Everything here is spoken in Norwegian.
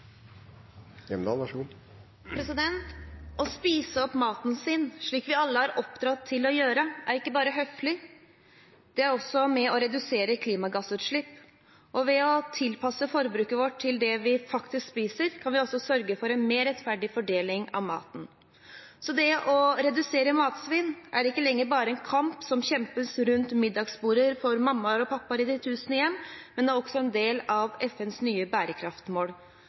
å redusere klimagassutslipp. Ved å tilpasse forbruket vårt til det vi faktisk spiser, kan vi også sørge for en mer rettferdig fordeling av maten. Det å redusere matsvinn er ikke lenger bare en kamp som kjempes rundt middagsbordet for mammaer og pappaer i de tusen hjem, men det er også en del av FNs nye bærekraftsmål